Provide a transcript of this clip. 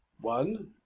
one